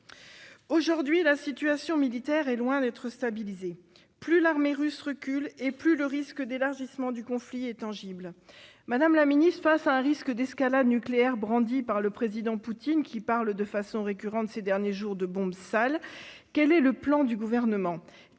Aujourd'hui, la situation militaire est loin d'être stabilisée. Plus l'armée russe recule, plus le risque d'élargissement du conflit est tangible. Madame la Première ministre, face à un risque d'escalade nucléaire brandi par le président Poutine, qui parle de façon récurrente, ces derniers jours, de « bombe sale », quel est le plan du Gouvernement ?